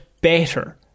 better